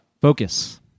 Focus